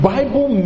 Bible